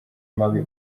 mabi